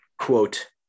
quote